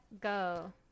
go